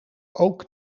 ook